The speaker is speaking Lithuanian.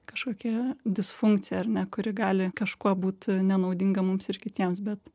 kažkokia disfunkcija ar ne kuri gali kažkuo būt nenaudinga mums ir kitiems bet